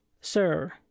sir